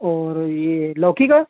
और यह लौकी का